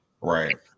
right